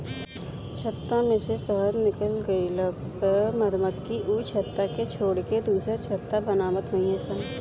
छत्ता में से शहद निकल गइला पअ मधुमक्खी उ छत्ता के छोड़ के दुसर छत्ता बनवत हई सन